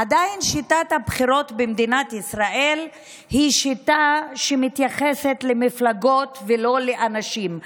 עדיין שיטת הבחירות במדינת ישראל היא שיטה שמתייחסת למפלגות ולא לאנשים.